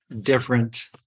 different